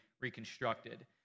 reconstructed